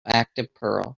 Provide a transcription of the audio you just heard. activeperl